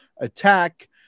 attack